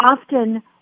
Often